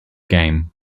game